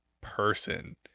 person